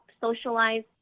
socialize